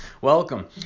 welcome